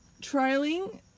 Trailing